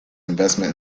investment